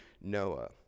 Noah